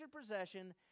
possession